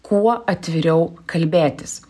kuo atviriau kalbėtis